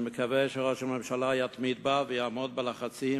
אני מקווה שראש הממשלה יתמיד בה ויעמוד בלחצים,